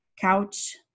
couch